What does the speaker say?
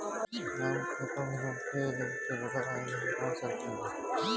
काम खतम होखे बाद हटा सके ला